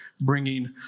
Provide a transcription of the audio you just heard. bringing